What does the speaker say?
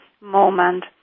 moment